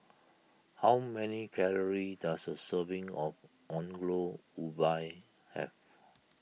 how many calories does a serving of Ongol Ubi have